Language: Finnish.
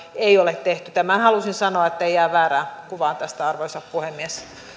ei ole tehty tämän halusin sanoa ettei jää väärää kuvaa tästä arvoisa puhemies